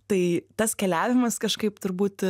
tai tas keliavimas kažkaip turbūt